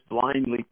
blindly